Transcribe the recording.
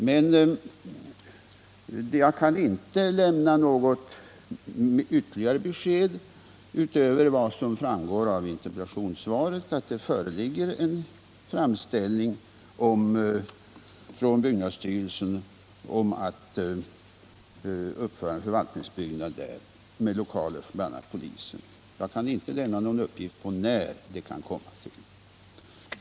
Men jag kan inte lämna något ytterligare besked utöver vad som framgår av interpellationssvaret, att det föreligger en framställning från byggnadsstyrelsen om att uppföra en förvaltningsbyggnad i Huddinge med lokaler för bl.a. polisen. Jag kan inte lämna någon uppgift på när denna byggnad kan komma till stånd.